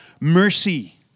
mercy